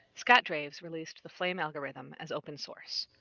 scott draves released the flame algorithm as open-source.